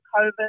COVID